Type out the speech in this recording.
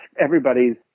everybody's